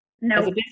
No